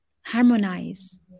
harmonize